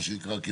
מה שנקרא,